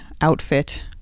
outfit